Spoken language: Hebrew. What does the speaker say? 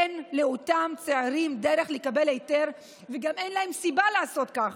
אין לאותם צעירים דרך לקבל היתר וגם אין להם סיבה לעשות כך.